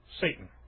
Satan